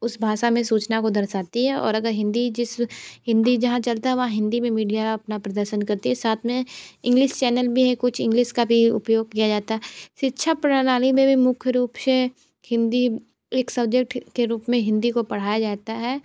उसे भाषा में सूचना को दर्शाती है और अगर हिंदी जिस हिंदी जहाँ चलता है वहाँ हिंदी में मीडिया अपना प्रदर्शन करती हैं साथ में इंग्लिश चैनल भी है कुछ इंग्लिश का भी उपयोग किया जाता शिक्षा प्रणाली में भी मुख्य रूप से हिंदी एक सब्जेक्ट के रूप में हिंदी को पढ़ाया जाता है